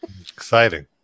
Exciting